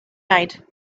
night